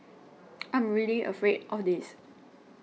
I am really afraid of this